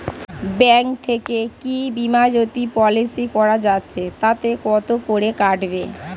Bank থেকে কী Bima Jyoti policy করা যাচ্ছে তাতে কত করে কাটবে?